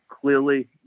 Clearly